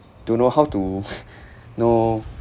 don't know how to know